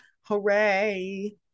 Hooray